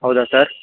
ಹೌದ ಸರ್